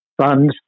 funds